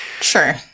Sure